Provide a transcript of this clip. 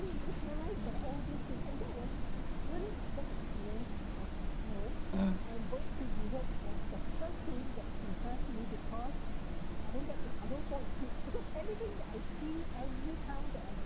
mm